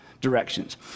directions